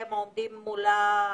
עורך דין שמתנהל מול החברה.